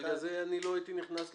בגלל זה לא הייתי נכנס לזה,